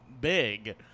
big